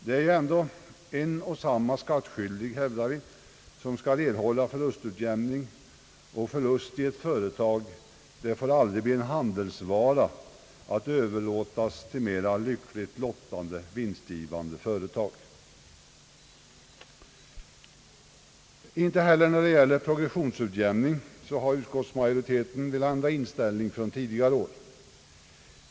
Det är ändå en och samma skattskyldig, hävdar vi, som skall erhålla förlustutjämning. Förlust i ett företag får aldrig bli en handelsvara att överlåtas till mera lyckligt lottade vinstgivande företag. Inte heller när det gäller progressionsutjämning har utskottsmajoriteten velat ändra sin inställning från tidigare år.